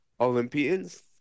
olympians